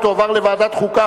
ותועבר לוועדת חוקה,